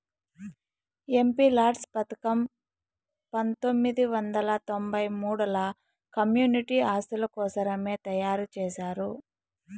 MPLADS పథకం పంతొమ్మిది వందల తొంబై మూడుల కమ్యూనిటీ ఆస్తుల కోసరమే తయారు చేశారు